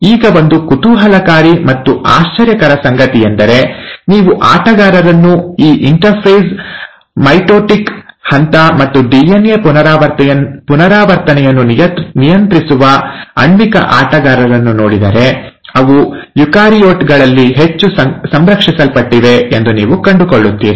ಈಗ ಒಂದು ಕುತೂಹಲಕಾರಿ ಮತ್ತು ಆಶ್ಚರ್ಯಕರ ಸಂಗತಿಯೆಂದರೆ ನೀವು ಆಟಗಾರರನ್ನು ಈ ಇಂಟರ್ಫೇಸ್ ಮೈಟೊಟಿಕ್ ಹಂತ ಮತ್ತು ಡಿಎನ್ಎ ಪುನರಾವರ್ತನೆಯನ್ನು ನಿಯಂತ್ರಿಸುವ ಆಣ್ವಿಕ ಆಟಗಾರರನ್ನು ನೋಡಿದರೆ ಅವು ಯುಕಾರಿಯೋಟ್ ಗಳಲ್ಲಿ ಹೆಚ್ಚು ಸಂರಕ್ಷಿಸಲ್ಪಟ್ಟಿವೆ ಎಂದು ನೀವು ಕಂಡುಕೊಳ್ಳುತ್ತೀರಿ